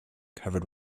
covered